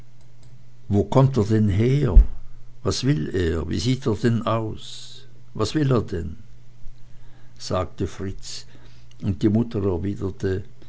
wo kommt er denn her was will er wie sieht er denn aus was will er denn sagte fritz und die mutter